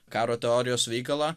karo teorijos veikalą